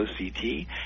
OCT